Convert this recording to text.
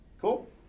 Cool